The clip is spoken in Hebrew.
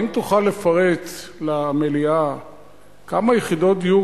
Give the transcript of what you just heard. האם תוכל לפרט למליאה כמה יחידות דיור